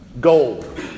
gold